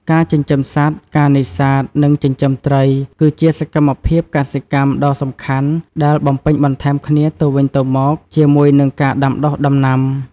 ការចិញ្ចឹមសត្វ ការនេសាទ និង ចិញ្ចឹមត្រី គឺជាសកម្មភាពកសិកម្មដ៏សំខាន់ដែលបំពេញបន្ថែមគ្នាទៅវិញទៅមកជាមួយនឹងការដាំដុះដំណាំ។